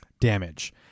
Damage